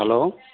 hello